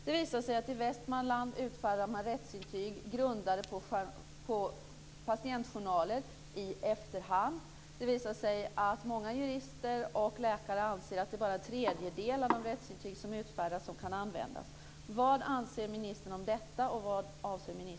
Det visar sig att i Västmanland utfärdar man rättsintyg grundade på patientjournaler i efterhand. Många jurister och läkare anser att det bara är en tredjedel av de rättsintyg som utfärdas som kan användas.